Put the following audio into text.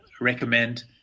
recommend